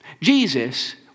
Jesus